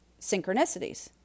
synchronicities